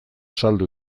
saldu